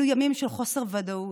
אלו ימים של חוסר ודאות,